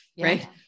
right